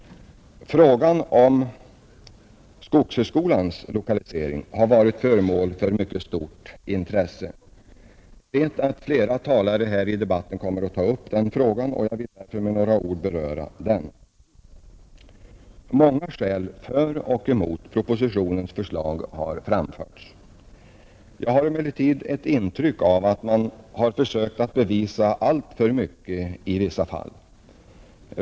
Frågan om skogshögskolans lokalisering har varit föremål för mycket stort intresse. Jag vet att flera talare kommer att ta upp den frågan här i debatten, och jag vill därför med några ord beröra den. Många skäl för och emot propositionens förslag har framförts. Jag har emellertid ett intryck av att man har försökt att bevisa alltför mycket i vissa fall.